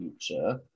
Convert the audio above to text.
future